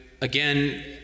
again